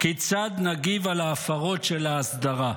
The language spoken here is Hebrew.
כיצד נגיב על ההפרות של ההסדרה.